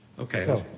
okay.